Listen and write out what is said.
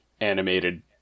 animated